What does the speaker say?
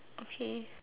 okay